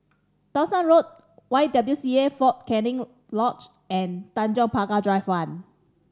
Dawson Road Y W C A Fort Canning Lodge and Tanjong Pagar Drive One